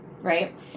right